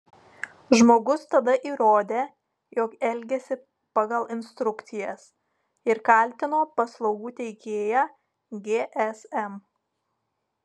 žmogus tada įrodė jog elgėsi pagal instrukcijas ir kaltino paslaugų teikėją gsm